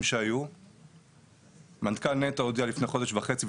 שהיו מנכ"ל נת"ע הודיע לפני חודש וחצי,